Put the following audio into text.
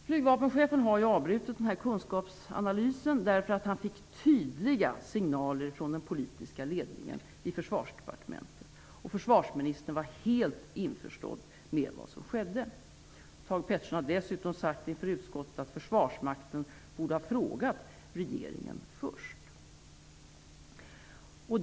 Flygvapenchefen har ju avbrutit denna kunskapsanalys därför att han fick tydliga signaler från den politiska ledningen i Försvarsdepartementet, och försvarsministern var helt införstådd med vad som skedde. Thage G Peterson har dessutom sagt inför utskottet att man från Försvarsmaktens sida borde ha frågat regeringen först.